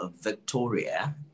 Victoria